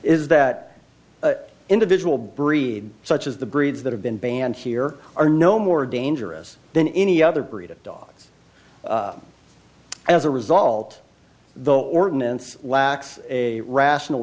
is that individual breed such as the breeds that have been banned here are no more dangerous than any other breed of dogs as a result the ordinance lacks a rational